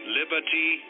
liberty